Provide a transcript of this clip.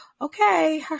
okay